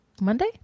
Monday